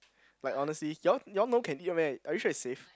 like honestly you all you all know can eat meh are you sure it's safe